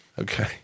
Okay